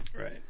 Right